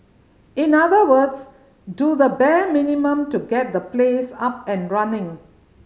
in other words do the bare minimum to get the place up and running